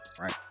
right